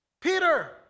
Peter